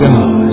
God